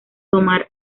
tomar